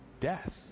death